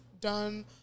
done